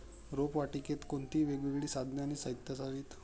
रोपवाटिकेत कोणती वेगवेगळी साधने आणि साहित्य असावीत?